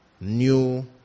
new